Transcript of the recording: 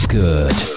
good